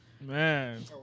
Man